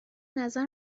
نظر